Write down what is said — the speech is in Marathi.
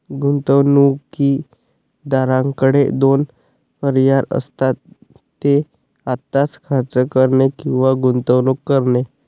गुंतवणूकदाराकडे दोन पर्याय असतात, ते आत्ताच खर्च करणे किंवा गुंतवणूक करणे